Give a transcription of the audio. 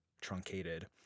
truncated